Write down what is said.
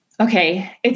Okay